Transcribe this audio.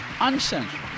Uncensored